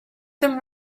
them